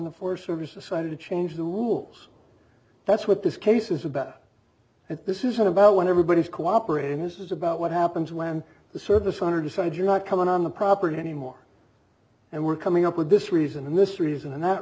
the forest service decided to change the rules that's what this case is about and this isn't about when everybody is cooperating this is about what happens when the service owner decided you're not coming on the property anymore and we're coming up with this reason and this reason and that